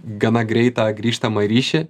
gana greitą grįžtamą ryšį